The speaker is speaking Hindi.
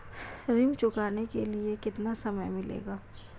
ऋण चुकाने के लिए कितना समय मिलेगा?